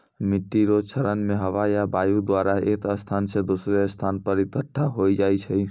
मिट्टी रो क्षरण मे हवा या वायु द्वारा एक स्थान से दोसरो स्थान पर इकट्ठा होय जाय छै